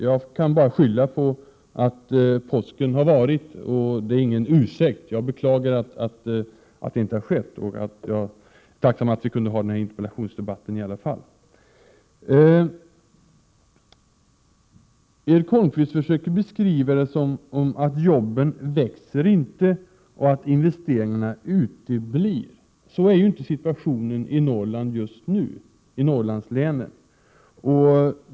Jag kan bara skylla på påsken. Det är ingen ursäkt. Jag beklagar detta, och jag är tacksam över att vi kunde ha den här interpellationsdebatten i alla fall. Erik Holmkvist försöker beskriva situationen så, att arbetstillfällena inte ökar och att investeringar uteblir. Sådan är inte situationen i Norrlandslänen just nu.